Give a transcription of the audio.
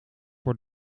voor